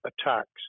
attacks